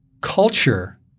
culture